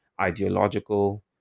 ideological